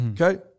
Okay